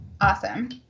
Awesome